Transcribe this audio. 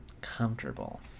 comfortable